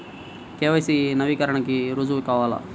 KYC నవీకరణకి రుజువు కావాలా?